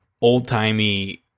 old-timey